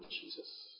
Jesus